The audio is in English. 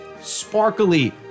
sparkly